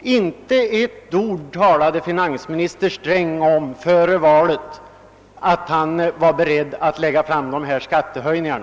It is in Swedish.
Inte ett ord sade finansminister Sträng före valet om att han var beredd att föreslå dessa skattehöjningar.